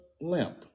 limp